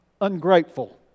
ungrateful